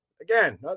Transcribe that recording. again